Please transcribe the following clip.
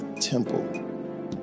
Temple